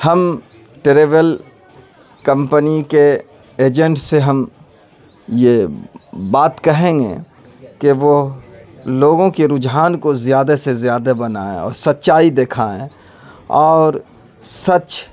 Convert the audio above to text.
ہم travel company کے agent سے ہم یہ بات کہیں گے کہ وہ لوگوں کے رجحان کو زیادہ سے زیادہ بنائیں اور سچائی دکھائیں اور سچ